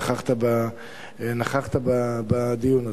נכחת בדיון הזה.